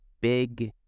big